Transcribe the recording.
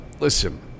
Listen